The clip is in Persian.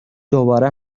دوباره